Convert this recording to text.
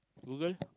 Google